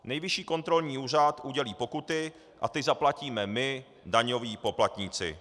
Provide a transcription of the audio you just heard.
Nejvyšší kontrolní úřad udělí pokuty a ty zaplatíme my, daňoví poplatníci.